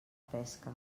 pesca